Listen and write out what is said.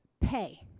pay